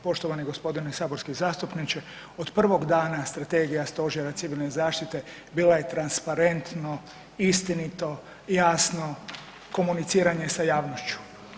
Poštovani gospodine saborski zastupniče, od prvog dana strategija Stožera civilne zaštite bila je transparentno, istinito, jasno komuniciranje sa javnošću.